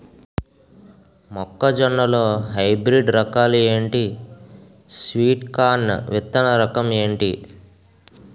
మొక్క జొన్న లో హైబ్రిడ్ రకాలు ఎంటి? స్వీట్ కార్న్ విత్తన రకం ఏంటి?